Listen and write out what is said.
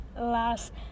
last